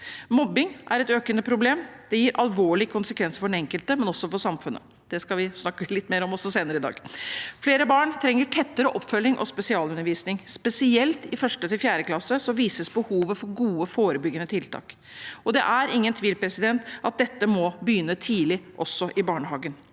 Mobbing er et økende problem. Det gir alvorlige konsekvenser for den enkelte, men også for samfunnet. Det skal vi snakke litt mer om også senere i dag. Flere barn trenger tettere oppfølging og spesialundervisning. Spesielt i 1. til 4. klasse vises behovet for gode forebyggende tiltak. Det er ingen tvil om at dette må begynne tidlig, også i barnehagen.